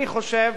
אני חושב